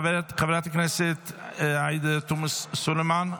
חברת הכנסת עאידה תומא סלימאן,